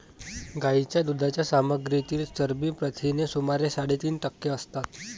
गायीच्या दुधाच्या सामग्रीतील चरबी प्रथिने सुमारे साडेतीन टक्के असतात